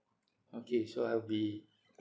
okay so I'll be